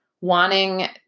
wanting